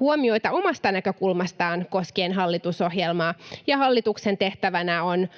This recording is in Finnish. huomioita omasta näkökulmastaan koskien hallitusohjelmaa, ja hallituksen tehtävänä on